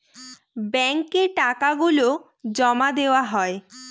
ব্যাঙ্কে টাকা গুলো জমা দেওয়া হয়